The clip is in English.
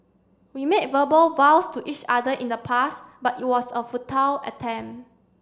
we made verbal vows to each other in the past but it was a futile attempt